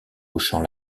hochant